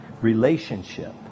relationship